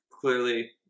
Clearly